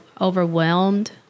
overwhelmed